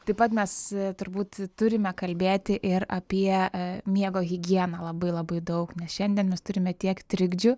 taip pat mes turbūt turime kalbėti ir apie miego higieną labai labai daug nes šiandien mes turime tiek trikdžių